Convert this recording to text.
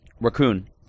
Raccoon